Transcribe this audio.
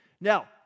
Now